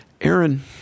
Aaron